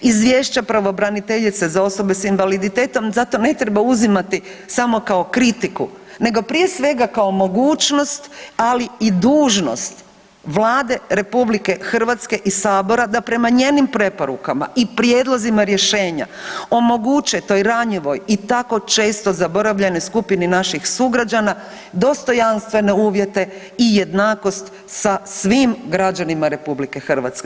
Izvješća pravobraniteljice za osobe s invaliditetom zato ne treba uzimati samo kao kritiku, nego prije svega kao mogućnost ali i dužnost Vlade RH i sabora da prema njenim preporukama i prijedlozima rješenja omoguće toj ranjivoj i tako često zaboravljanoj skupini naših sugrađana dostojanstvene uvjete i jednakost sa svim građanima RH.